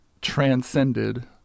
transcended